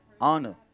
Honor